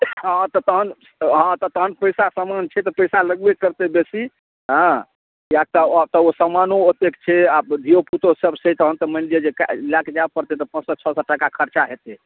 हँ तऽ तहन हँ तऽ तहन पैसा समान छै तऽ पैसा लगबे करतै बेसी हँ किएक तऽ आब तऽ ओ समानो ओत्तेक छै आ धियोपुतो सब छै तहन तऽ मानि लिअ जे लए के जाय पड़तै तऽ पाँच सए छओ सए टाका खर्चा हेतै